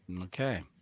Okay